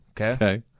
okay